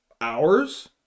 hours